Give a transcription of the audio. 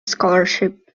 scholarship